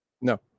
No